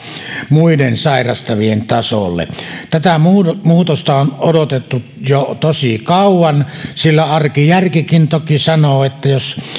muiden sairastavien tasolle tätä muutosta muutosta on odotettu jo tosi kauan sillä arkijärkikin toki sanoo että jos